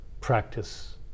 practice